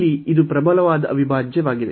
ಇಲ್ಲಿ ಇದು ಪ್ರಬಲವಾದ ಅವಿಭಾಜ್ಯವಾಗಿದೆ